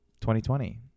2020